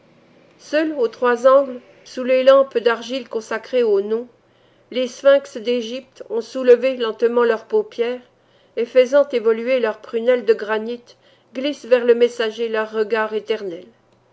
seuls aux trois angles sous les lampes d'argile consacrées au nom les sphynx d'égypte ont soulevé lentement leurs paupières et faisant évoluer leurs prunelles de granit glissent vers le messager leur regard éternel